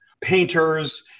painters